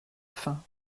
fin